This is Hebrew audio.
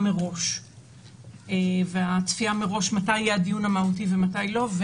מראש והצפייה מראש מתי יהיה הדיון המהותי ומתי לא.